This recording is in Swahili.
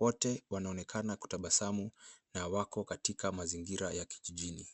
Wote wanaonekana kutabasamu na wako katika mazingira ya kijijini.